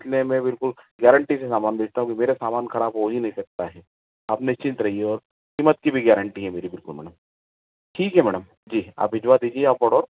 इसलिए मैं बिल्कुल गारंटी से सामान बेचता हूँ क्योंकि मेरा सामान खराब हो ही नहीं सकता है आप निश्चिंत रहिए और कीमत के भी गारंटी है बिल्कुल मैडम ठीक है मैडम जी आप भिजवा दीजिए आप ऑर्डर